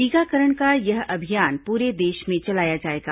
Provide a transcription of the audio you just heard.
टीकाकरण का यह अभियान पूरे देश में चलाया जाएगा